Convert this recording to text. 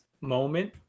moment